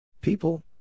People